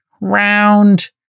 round